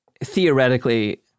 theoretically